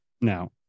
now